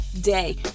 day